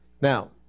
Now